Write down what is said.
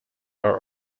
are